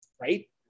right